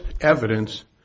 evidence